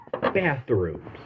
bathrooms